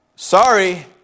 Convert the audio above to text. Sorry